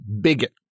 bigot